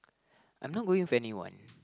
I'm not going with anyone